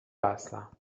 هستم